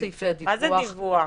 מה זה "דיווח"?